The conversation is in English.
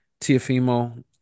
Tiafimo